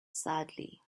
sadly